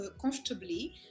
comfortably